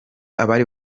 abari